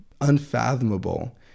unfathomable